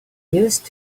used